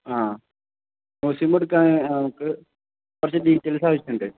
ആ നു സിം എടുക്കാൻ നമുക്ക് കുറച്ച് ഡീറ്റെയിൽസ് ആവശ്യമുണ്ട്